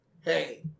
Hey